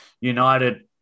United